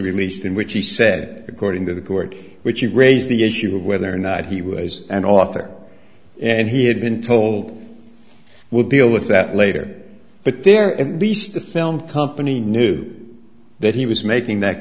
released in which he said according to the court which he raised the issue of whether or not he was an author and he had been told we'll deal with that later but there at least the film company knew that he was making that